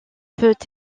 peut